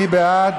מי בעד?